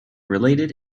related